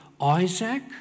Isaac